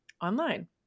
online